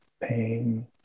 pain